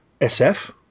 SF